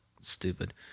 stupid